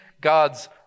God's